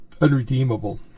unredeemable